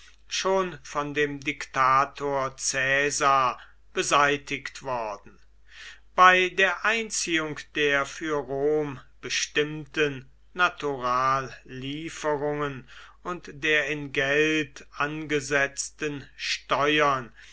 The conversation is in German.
schon von dem diktator caesar beseitigt worden bei der einziehung der für rom bestimmten naturallieferungen und der in geld angesetzten steuern